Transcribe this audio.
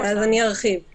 אני ארחיב.